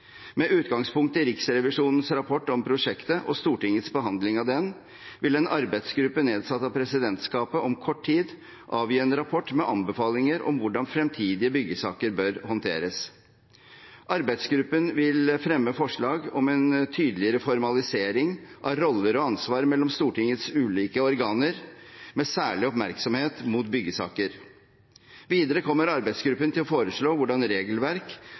Med utgangspunkt i Riksrevisjonens rapport om prosjektet og Stortingets behandling av den vil en arbeidsgruppe nedsatt av presidentskapet om kort tid avgi en rapport med anbefalinger om hvordan fremtidige byggesaker bør håndteres. Arbeidsgruppen vil fremme forslag om en tydeligere formalisering av roller og ansvar mellom Stortingets ulike organer, med særlig oppmerksomhet rettet mot byggesaker. Videre kommer arbeidsgruppen til å foreslå hvordan regelverk